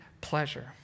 pleasure